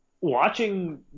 watching